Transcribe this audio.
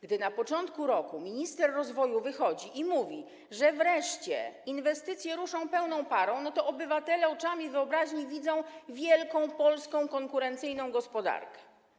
Gdy na początku roku minister rozwoju wychodzi i mówi, że wreszcie inwestycje ruszą pełną parą, to obywatele oczami wyobraźni widzą wielką polską konkurencyjną gospodarkę.